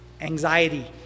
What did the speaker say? Anxiety